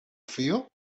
feel